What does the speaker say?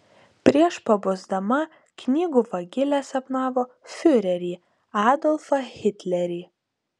prieš pabusdama knygų vagilė sapnavo fiurerį adolfą hitlerį